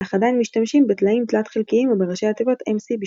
אך עדיין משתמשים בטלאים תלת-חלקיים או בראשי התיבות MC בשמם.